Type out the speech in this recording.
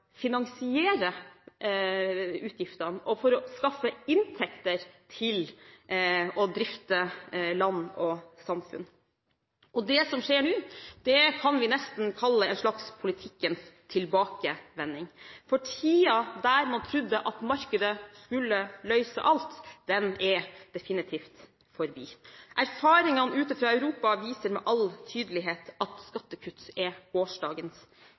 finansiere utgiftene og for å skaffe inntekter til å drifte land og samfunn. Det som skjer nå, kan vi nesten kalle en slags politikkens tilbakevending. Tiden da man trodde at markedet skulle løse alt, er definitivt forbi. Erfaringene ute i Europa viser med all tydelighet at skattekutt er gårsdagens